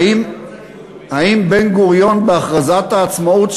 האם בן-גוריון בהכרזת העצמאות,